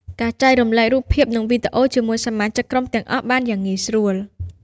ការចែករំលែករូបភាព និងវីដេអូ ជាមួយសមាជិកក្រុមទាំងអស់បានយ៉ាងងាយស្រួល។